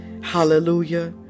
hallelujah